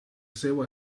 seu